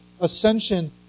ascension